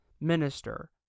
minister